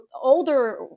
older